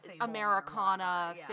Americana